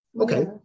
Okay